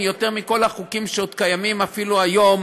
תודה רבה, אדוני.